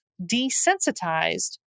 desensitized